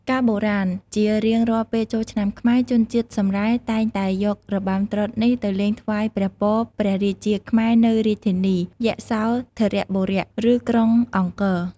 កាលបុរាណ ជារៀងរាល់ពេលចូលឆ្នាំខ្មែរ ជនជាតិសម្រែតែងតែយករបាំត្រុដិនេះទៅលេងថ្វាយព្រះពរព្រះរាជាខ្មែរនៅរាជធានី យសោធរបុរៈ ឬ ក្រុងអង្គរ។